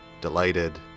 delighted